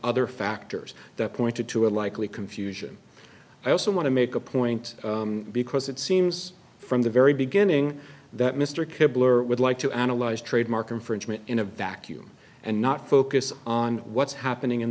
other factors that pointed to a likely confusion i also want to make a point because it seems from the very beginning that mr kibler would like to analyze trademark infringement in a vacuum and not focus on what's happening in